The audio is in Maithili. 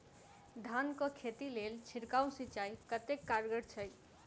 धान कऽ खेती लेल छिड़काव सिंचाई कतेक कारगर छै?